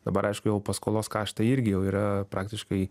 dabar aišku jau paskolos kaštai irgi jau yra praktiškai